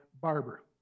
barber